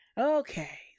Okay